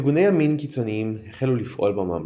ארגוני ימין קיצוניים החלו לפעול בממלכה.